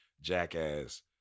Jackass